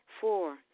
Four